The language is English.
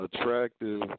attractive